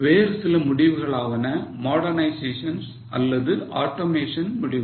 வேறு சில முடிவுகள் ஆவன modernizations அல்லது automation முடிவுகள்